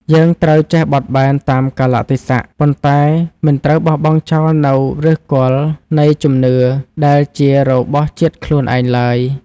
យើងត្រូវចេះបត់បែនតាមកាលៈទេសៈប៉ុន្តែមិនត្រូវបោះបង់ចោលនូវឫសគល់នៃជំនឿដែលជារបស់ជាតិខ្លួនឯងឡើយ។